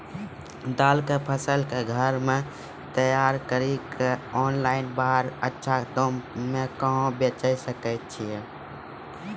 दाल के फसल के घर मे तैयार कड़ी के ऑनलाइन बाहर अच्छा दाम मे कहाँ बेचे सकय छियै?